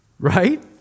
Right